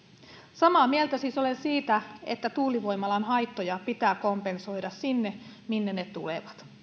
samaa mieltä siis olen siitä että tuulivoimalan haittoja pitää kompensoida sinne minne ne tulevat